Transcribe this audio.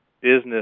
business